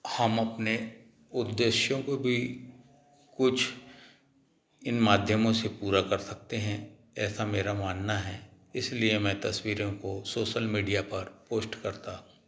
हम अपने उद्देश्यों को भी कुछ इन माध्यमों से पूरा कर सकते हैं ऐसा मेरा मानना है इसलिए मैं तस्वीरों को सोशल मीडिया पर पोस्ट करता हूँ